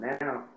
Now